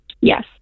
Yes